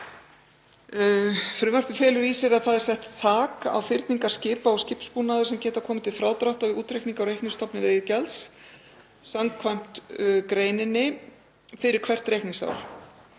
Frumvarpið felur í sér að sett er þak á fyrningar skipa og skipsbúnaðar sem geta komið til frádráttar við útreikning á reiknistofni veiðigjalds samkvæmt greininni fyrir hvert reikningsár.